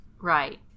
Right